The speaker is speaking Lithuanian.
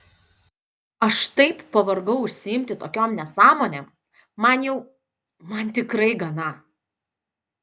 aš taip pavargau užsiimti tokiom nesąmonėm man jau man tikrai gana